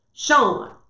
Sean